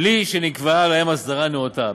מבלי שנקבעה לה אסדרה נאותה.